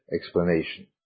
explanation